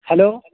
hello